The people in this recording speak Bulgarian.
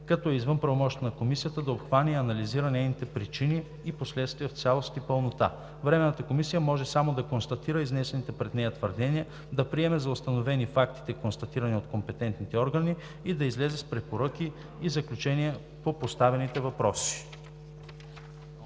като е извън правомощията на Комисията да обхване и анализира нейните причини и последствия в цялост и пълнота. Временната комисия може само да констатира изнесените пред нея твърдения, да приеме за установени фактите, констатирани от компетентните органи, и да излезе с препоръки и заключения по поставените въпроси.